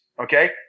okay